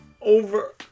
over